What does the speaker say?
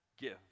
give